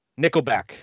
Nickelback